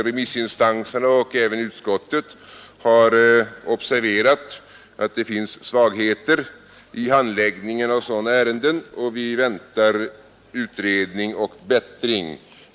Remissinstanserna och även utskottet har observerat att det finns Svagheter i handläggningen av sådana ärenden, och vi väntar på utredning och bättring.